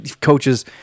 coaches